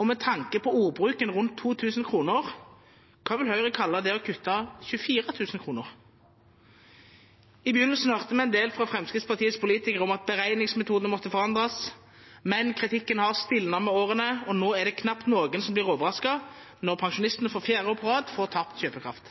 Og med tanke på ordbruken rundt 2 000 kr – hva vil Høyre kalle det å kutte 24 000 kr? I begynnelsen hørte vi en del fra Fremskrittspartiets politikere om at beregningsmetodene måtte forandres, men kritikken har stilnet med årene, og nå er det knapt noen som blir overrasket når pensjonistene for fjerde år på rad får tapt kjøpekraft.